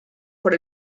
por